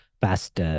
past